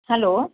hello